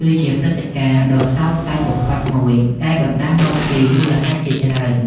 គឺជាព្រឹត្តិការណ៍ដ៏សោកសៅបំផុតមួយ ដែលបណ្ដាលមកពីមូលហេតុជាច្រើន។